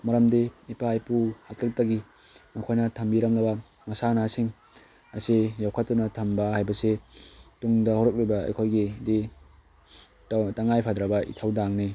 ꯃꯔꯝꯗꯤ ꯏꯄꯥ ꯏꯄꯨ ꯍꯥꯛꯇꯛꯇꯒꯤ ꯃꯈꯣꯏꯅ ꯊꯝꯕꯤꯔꯝꯂꯕ ꯃꯁꯥꯟꯅꯁꯤꯡ ꯑꯁꯤ ꯌꯣꯛꯈꯠꯇꯨꯅ ꯊꯝꯕ ꯍꯥꯏꯕꯁꯤ ꯇꯨꯡꯗ ꯍꯧꯔꯛꯂꯤꯕ ꯑꯩꯈꯣꯏꯒꯤꯗꯤ ꯇꯉꯥꯏ ꯐꯗ꯭ꯔꯕ ꯏꯊꯧꯗꯥꯡꯅꯤ